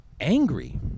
angry